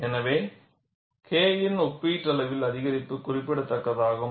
எனவே K இன் ஒப்பீட்டளவில் அதிகரிப்பு குறிப்பிடத்தக்கதாகும்